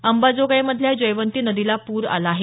अंबाजोगाईमधल्या जयवंती नदीला पूर आला आहे